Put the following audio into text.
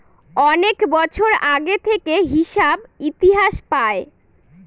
অনেক বছর আগে থেকে হিসাব ইতিহাস পায়